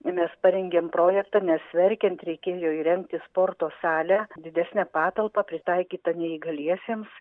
mes parengėm projektą nes verkiant reikėjo įrengti sporto salę didesnę patalpą pritaikytą neįgaliesiems